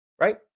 right